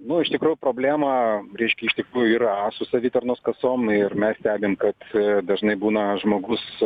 nu iš tikrųjų problema reiškia iš tikrųjų yra su savitarnos kasom ir mes stebim kad dažnai būna žmogus